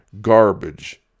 garbage